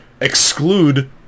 exclude